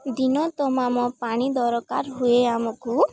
ଦିନତମାମ ପାଣି ଦରକାର ହୁଏ ଆମକୁ